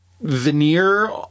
Veneer